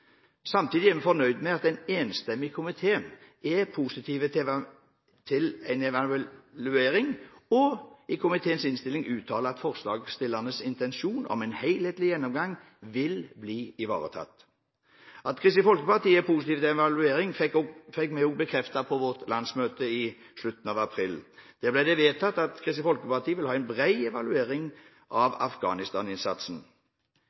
Samtidig er vi fornøyd med at en enstemmig komité er positiv til en evaluering og uttaler i komiteens innstilling at «forslagsstillernes intensjon om en helhetlig gjennomgang vil bli ivaretatt». At Kristelig Folkeparti er positive til en evaluering, fikk vi også bekreftet på vårt landsmøte i slutten av april. Der ble det vedtatt at Kristelig Folkeparti vil ha en bred evaluering